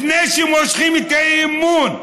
לפני שמושכים את האי-אמון,